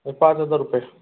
हे पाच हजार रुपये